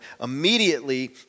immediately